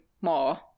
more